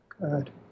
Good